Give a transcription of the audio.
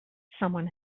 someone